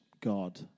God